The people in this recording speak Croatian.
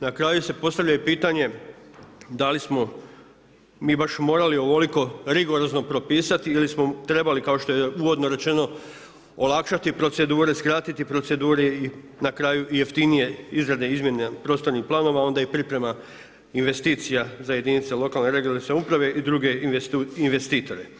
Na kraju se postavlja pitanje da li smo mi baš morali ovoliko rigorozno propisati ili smo trebali kao što je uvodno rečeno olakšati procedure, skratiti procedure i na kraju jeftinije izrade i izmjene prostornih planova, onda i priprema investicija za jedinice lokalne i regionalne samouprave i druge investitore.